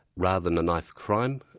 rather than a knife crime,